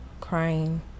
crying